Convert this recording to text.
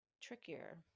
trickier